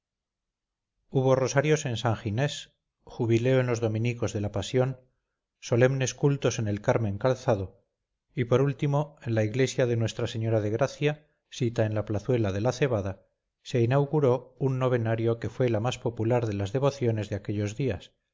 hubo rosario en san ginés jubileo en los dominicos de la pasión solemnes cultos en el carmen calzado y por último en la iglesia denuestra señora de gracia sita en la plazuela de la cebada se inauguró un novenario que fue la más popular de las devociones de aquellos días